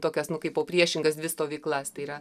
tokias nu kaipo priešingas dvi stovyklas tai yra